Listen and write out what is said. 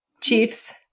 chiefs